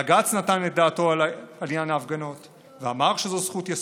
בג"ץ נתן את דעתו על עניין ההפגנות ואמר שזאת זכות יסודית,